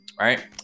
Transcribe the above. right